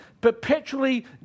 perpetually